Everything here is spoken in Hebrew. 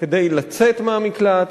כדי לצאת מהמקלט,